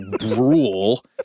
rule